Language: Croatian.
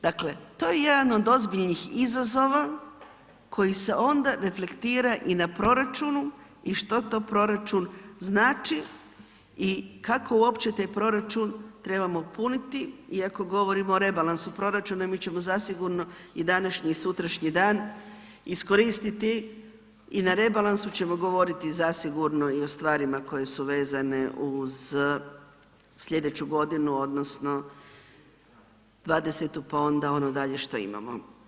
Dakle, to je jedan od ozbiljnih izazova koji se onda reflektira i na proračunu i što to proračun znači i kako uopće taj proračun trebamo puniti iako govorimo o rebalansu proračuna i mi ćemo zasigurno i današnji i sutrašnji dan iskoristiti i na rebalansu ćemo govoriti zasigurno i o stvarima koje su vezane uz sljedeću godinu odnosno 20. pa onda ono dalje što imamo.